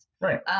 Right